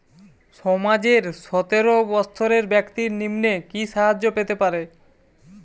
সমাজের সতেরো বৎসরের ব্যাক্তির নিম্নে কি সাহায্য পেতে পারে?